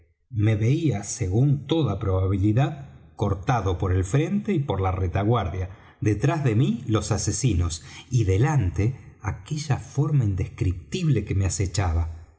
me veía según toda probabilidad cortado por el frente y por la retaguardia detrás de mí los asesinos y delante aquella forma indescriptible que me acechaba